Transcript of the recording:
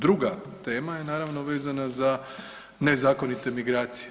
Druga tema je naravno vezana za nezakonite migracije.